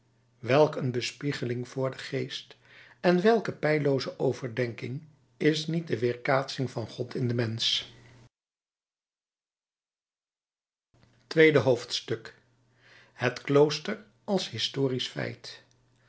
welk een bespiegeling voor den geest en welke peillooze overdenking is niet de weerkaatsing van god in den mensch tweede hoofdstuk het klooster als historisch feit